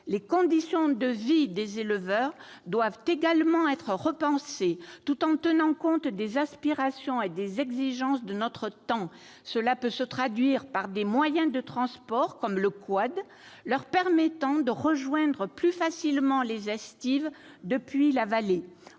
Les conditions de vie des éleveurs doivent également être repensées tout en tenant compte des aspirations et des exigences de notre temps. Cela peut se traduire par des moyens de transport, comme le quad, leur permettant de rejoindre plus facilement les estives depuis la vallée.